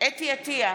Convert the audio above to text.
חוה אתי עטייה,